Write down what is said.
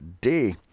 day